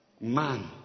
Man